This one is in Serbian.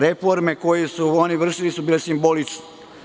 Reforme koje su oni vršili su bile simbolične.